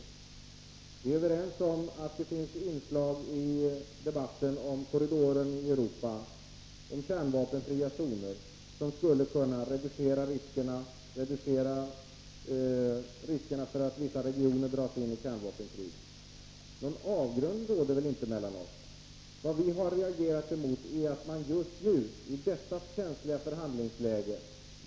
Vi är också överens om att det finns inslag i debatten om korridoren i Europa och de kärnvapenfria zonerna som skulle kunna reducera riskerna för att vissa regioner dras in i ett kärnvapenkrig. Någon avgrund finns det väl inte mellan oss? Vad vi har reagerat mot är att man agerar just nu, i detta känsliga förhandlingsläge.